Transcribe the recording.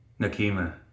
Nakima